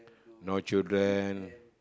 no children